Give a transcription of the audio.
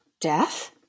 death